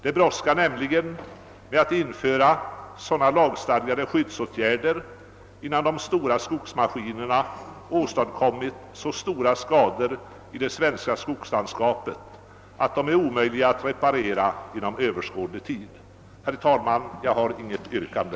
Det brådskar nämligen med ett införande av lagstadgade skyddsåtgärder innan de stora skogsmaskinerna åstadkommit så stora skador i det svenska skogslandskapet, att dessa blir omöjliga att reparera inom överskådlig tid. Herr talman! Jag har inget yrkande.